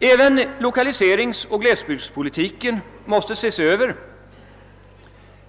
Även lokaliseringsoch glesbygdspolitiken måste ses över.